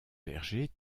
vergers